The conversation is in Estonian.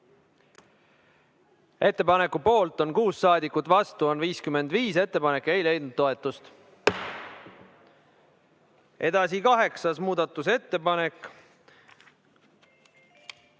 Ettepaneku poolt on 6 saadikut, vastu on 55. Ettepanek ei leidnud toetust. Edasi, kaheksas muudatusettepanek.